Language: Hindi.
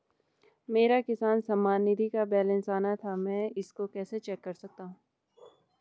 मेरा किसान सम्मान निधि का बैलेंस आना था मैं इसको कैसे चेक कर सकता हूँ?